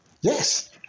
Yes